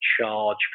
charge